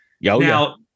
Now